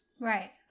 right